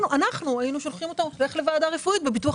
אנחנו היינו שולחים אותו לוועדה רפואית בביטוח